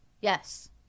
yes